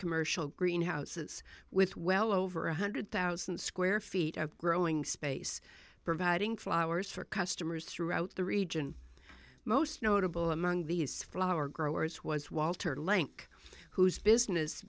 commercial greenhouses with well over a hundred thousand square feet of growing space providing flowers for customers throughout the region most notable among these flower growers was walter lenk whose business